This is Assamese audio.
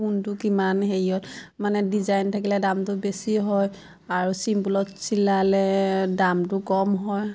কোনটো কিমান হেৰিয়ত মানে ডিজাইন থাকিলে দামটো বেছি হয় আৰু চিম্পুলত চিলালে দামটো কম হয়